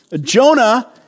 Jonah